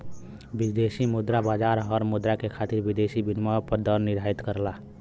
विदेशी मुद्रा बाजार हर मुद्रा के खातिर विदेशी विनिमय दर निर्धारित करला